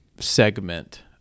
segment